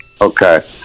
Okay